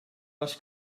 les